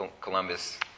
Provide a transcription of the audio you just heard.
Columbus